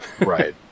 Right